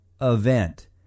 event